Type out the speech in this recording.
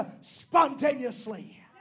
spontaneously